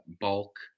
bulk